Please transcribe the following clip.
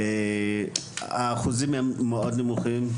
האחוזים הם מאוד נמוכים.